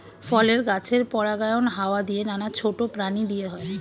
ফলের গাছের পরাগায়ন হাওয়া দিয়ে, নানা ছোট প্রাণী দিয়ে হয়